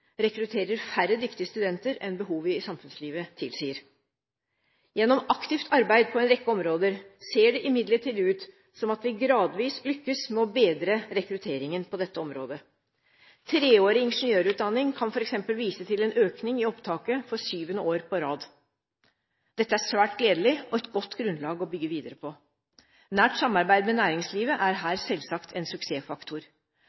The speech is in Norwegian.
rekrutterer færre dyktige studenter enn behovet i samfunnslivet tilsier. Gjennom aktivt arbeid på en rekke områder ser det imidlertid ut som at vi gradvis lykkes med å bedre rekrutteringen på dette området. Treårig ingeniørutdanning kan f.eks. vise til en økning i opptaket for syvende år på rad. Dette er svært gledelig og et godt grunnlag å bygge videre på. Nært samarbeid med næringslivet er